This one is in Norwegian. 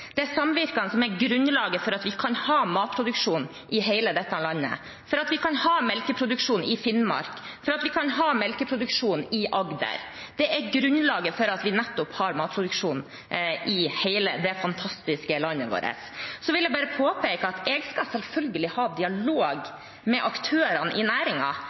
Det er samvirkene som er grunnlaget for at vi kan ha matproduksjon i hele dette landet, for at vi kan ha melkeproduksjon i Finnmark, og for at vi kan ha melkeproduksjon i Agder. De er grunnlaget for at vi nettopp har matproduksjon i hele det fantastiske landet vårt. Så vil jeg bare påpeke at jeg selvfølgelig skal ha dialog med aktørene i